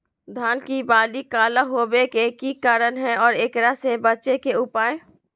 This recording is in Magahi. धान के बाली काला होवे के की कारण है और एकरा से बचे के उपाय?